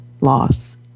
loss